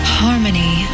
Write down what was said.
harmony